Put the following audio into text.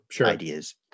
ideas